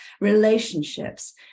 relationships